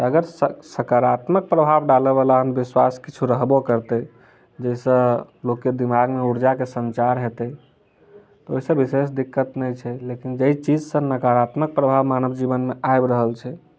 अगर सकारात्मक प्रभाव डालए वला अन्धविश्वास किछु रहबो करतै जाहिसँ लोकके दिमाग मे ऊर्जा के सन्चार हेतै तऽ ओहिसँ विशेष दिक्कत नहि छै लेकिन जाहि चीज सँ नकारत्मक प्रभाव मानव जीवन मे आबि रहल छै